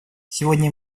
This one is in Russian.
сегодня